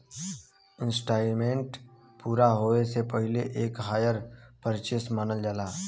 instalment पूरा होये से पहिले तक हायर परचेस मानल जाला